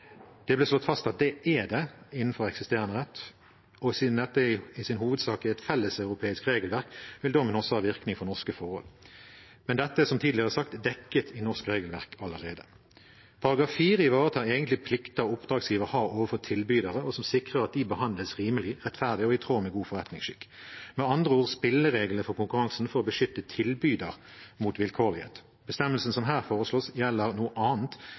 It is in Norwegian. Det ble slått fast at det er det innenfor eksisterende rett, og siden dette i hovedsak er et felles europeisk regelverk, vil dommen også ha virkning for norske forhold. Men dette er, som tidligere sagt, dekket i norsk regelverk allerede. § 4 ivaretar egentlig plikter oppdragsgiver har overfor tilbydere, og sikrer at de behandles rimelig, rettferdig og i tråd med god forretningsskikk – med andre ord spillereglene for konkurransen for å beskytte tilbyder mot vilkårlighet. Bestemmelsen som her foreslås, gjelder noe annet,